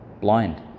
blind